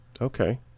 Okay